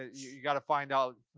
you gotta find out.